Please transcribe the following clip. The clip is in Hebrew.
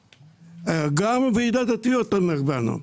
גם ועידת התביעות תומכת בנו.